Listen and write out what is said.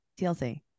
TLC